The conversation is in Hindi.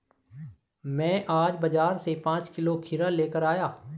मैं आज बाजार से पांच किलो खीरा लेकर आया